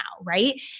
Right